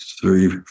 three